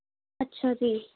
ਅੱਛਾ ਜੀ